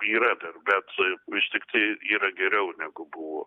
yra dar bet vis tiktai yra geriau negu buvo